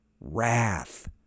wrath